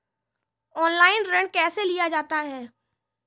Online ऋण कैसे लिया जाता है?